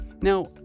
Now